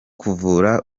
kuvura